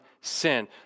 sin